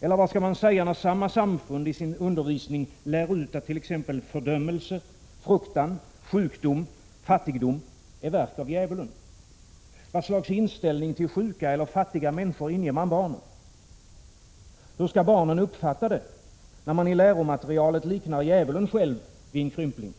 Vad skall man säga när samma samfund i sin undervisning lär ut att t.ex. fördömelse, fruktan, sjukdom och fattigdom är verk av djävulen? Vad slags inställning till sjuka eller fattiga människor inger man barnen? Hur skall barnen uppfatta det när man i läromaterialet liknar djävulen själv vid en krympling?